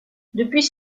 depuis